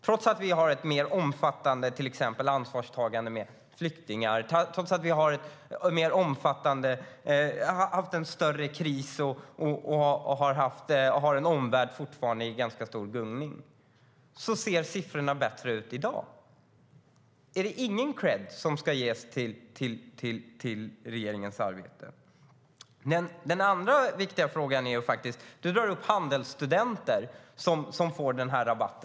Trots att vi har ett mer omfattande ansvarstagande för till exempel flyktingar, trots att vi har haft en större kris och trots att vår omvärld fortfarande är i ganska stor gungning ser siffrorna bättre ut i dag. Ska ingen kredd ges för den förra regeringens arbete? Du drar upp Handelsstudenter som får denna rabatt.